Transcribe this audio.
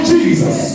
Jesus